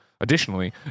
Additionally